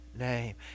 name